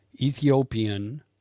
Ethiopian